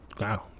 wow